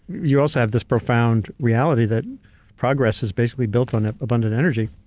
you also have this profound reality that progress is basically built on abundant energy.